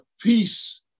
peace